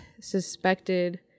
suspected